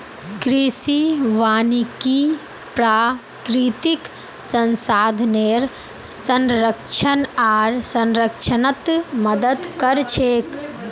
कृषि वानिकी प्राकृतिक संसाधनेर संरक्षण आर संरक्षणत मदद कर छे